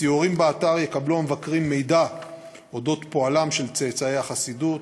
בסיורים באתר יקבלו המבקרים מידע על אודות פועלם של צאצאי החסידות,